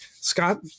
scott